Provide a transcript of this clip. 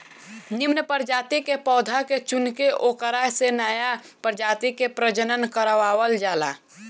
निमन प्रजाति के पौधा के चुनके ओकरा से नया प्रजाति के प्रजनन करवावल जाला